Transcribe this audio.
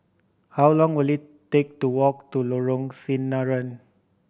how long will it take to walk to Lorong Sinaran